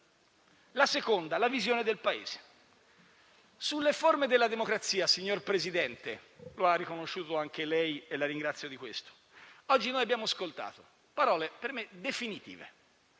relativo alla visione del Paese. Sulle forme della democrazia, signor Presidente - lo ha riconosciuto anche lei e la ringrazio di questo - oggi abbiamo ascoltato parole per me definitive